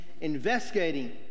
investigating